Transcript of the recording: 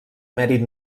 mèrit